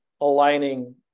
aligning